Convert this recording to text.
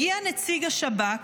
הגיע נציג השב"כ,